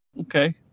okay